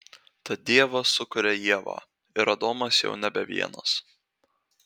tad dievas sukuria ievą ir adomas jau nebe vienas